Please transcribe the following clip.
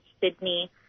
Sydney